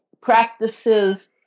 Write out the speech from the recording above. practices